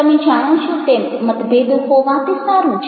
તમે જાણો છો તેમ મતભેદો હોવા તે સારું છે